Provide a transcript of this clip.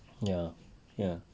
ya ya